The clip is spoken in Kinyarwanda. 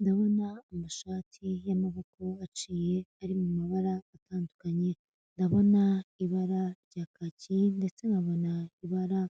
Ndabona amashati y'amaboko aciye ari mu mabara atandukanye, ndabona ibara rya kaki ndetse nkabona ibara